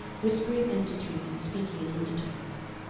whispering and tittering and speaking in undertones.